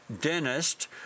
dentist